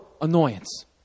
annoyance